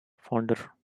fonder